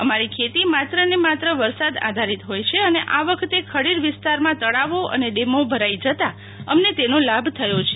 અમારી ખેતી માત્રને માત્ર વરસાદ આધારીત હોય છે અને આ વખતે ખડીર વિસ્તારમાં તળાવો અને ડેમો ભરાઈ જતા જતા અમને તેનો લાભ થયો છે